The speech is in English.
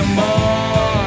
more